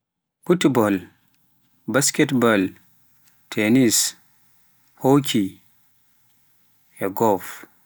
fotball, basket ball, tennis, hockey, golf